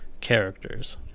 characters